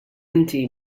inti